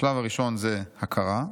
השלב הראשון זה הכרה,